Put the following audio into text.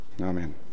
Amen